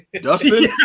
Dustin